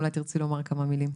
אולי תרצי לומר כמה מילים?